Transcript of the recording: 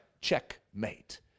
checkmate